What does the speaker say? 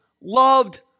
loved